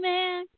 Man